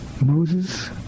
Moses